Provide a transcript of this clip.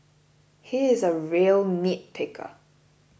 he is a real nitpicker